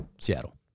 Seattle